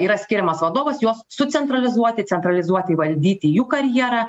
yra skiriamas vadovas juos sucentralizuoti centralizuotai valdyti jų karjerą